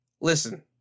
Listen